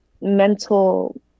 mental